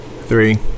Three